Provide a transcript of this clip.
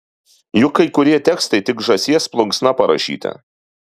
juk kai kurie tekstai tik žąsies plunksna parašyti